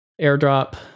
airdrop